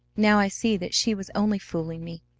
now i see that she was only fooling me.